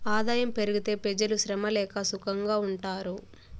ఆదాయం పెరిగితే పెజలు శ్రమ లేక సుకంగా ఉంటారు